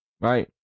right